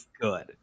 good